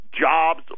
jobs